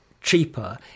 cheaper